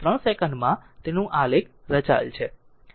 3 સેકન્ડમાં તેનું આલેખ રચાયેલ છે